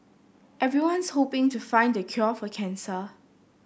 everyone's hoping to find the cure for cancer